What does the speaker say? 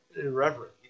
irreverent